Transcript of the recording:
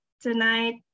tonight